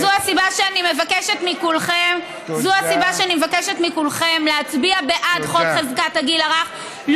וזו הסיבה שאני מבקשת מכולכם להצביע בעד הצעת חוק חזקת הגיל הרך,